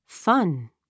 fun